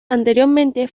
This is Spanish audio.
anteriormente